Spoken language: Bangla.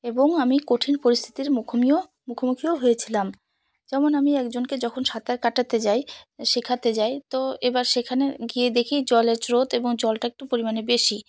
এবং আমি কঠিন পরিস্থিতির মুখোমুখিও মুখোমুখিও হয়েছিলাম যেমন আমি একজনকে যখন সাঁতার কাটাতে যাই শেখাতে যাই তো এবার সেখানে গিয়ে দেখি জলের স্রোত এবং জলটা একটু পরিমাণে বেশি